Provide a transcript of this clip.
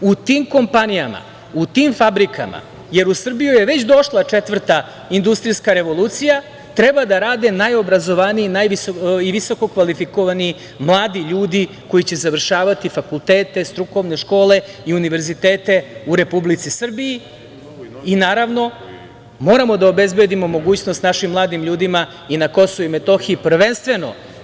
U tim kompanijama, u tim fabrikama, jer je u Srbiju je već došla četvrta industrijska revolucija treba da rade najobrazovaniji i visokokvalifikovani mladi ljudi koji će završavati fakultete, strukovne škole i univerzitete u Republici Srbiji i, naravno, moramo da obezbedimo mogućnost našim mladim ljudima i na Kosovu i Metohiji prvenstveno.